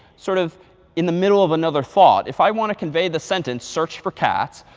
sort of in the middle of another thought. if i want to convey the sentence search for cats,